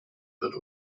wird